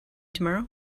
tomorrow